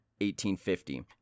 1850